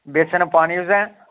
बेसन पानी तुसें